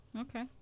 okay